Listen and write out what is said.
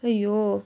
!aiyo!